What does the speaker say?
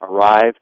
arrive